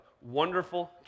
wonderful